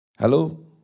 Hello